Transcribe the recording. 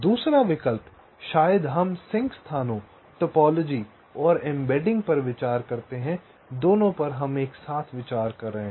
दूसरा विकल्प शायद हम सिंक स्थानों टोपोलॉजी और एम्बेडिंग पर विचार करते हैं दोनों पर हम एक साथ विचार कर रहे हैं